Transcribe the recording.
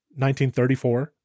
1934